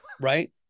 Right